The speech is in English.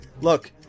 Look